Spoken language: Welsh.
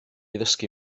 ddysgu